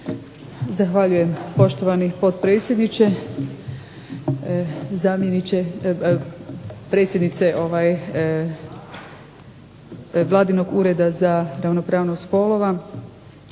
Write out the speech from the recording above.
Zahvaljujem poštovani potpredsjedniče, zamjeniče predsjednice Vladinog Ureda za ravnopravnost spolova.